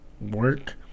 work